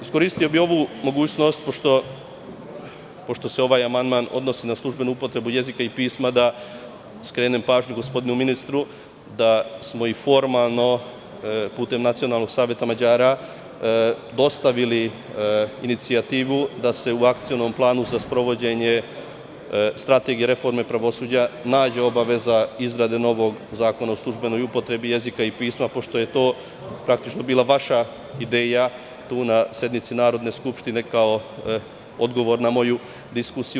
Iskoristio bih ovu priliku pošto se ovaj amandman odnosi na službenu upotrebu jezika i pisma da skrenem pažnju gospodinu ministru da smo i formalno, putem Nacionalnog saveta Mađara, dostavili inicijativu da se u Akcionom planu za sprovođenje Strategije reforme pravosuđa nađe obaveza izrade novog zakona o službenoj upotrebi jezika i pisma, pošto je to praktično bila vaša ideja na sednici Narodne skupštine kao odgovor na moju diskusiju.